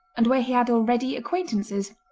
and where he had already acquaintances.